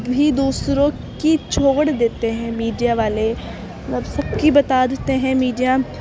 بھی دوسروں کی چھوڑ دیتے ہیں میڈیا والے سب کی بتا دیتے ہیں میڈیا